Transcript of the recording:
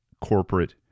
corporate